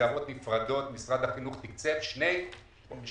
מסגרות נפרדות ומשרד החינוך תקצב שתי סייעות,